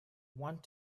want